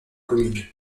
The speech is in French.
commune